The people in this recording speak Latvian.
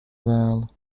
vēlu